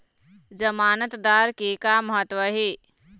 जमानतदार के का महत्व हे?